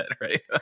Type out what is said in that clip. right